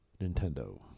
Nintendo